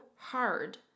hard